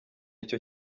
icyo